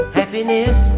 happiness